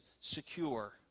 secure